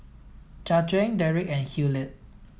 Jajuan Derik and Hilliard